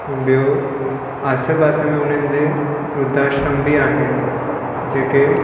बियों आसे पासे में उन्हनि जे वृध्द आश्रम बि आहिनि जेके